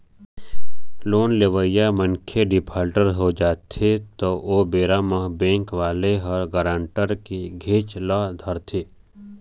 loan लेवइया मनखे defaulter हो जाथे त ओ बेरा म बेंक वाले ह गारंटर के घेंच ल धरथे